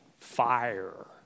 fire